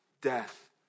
death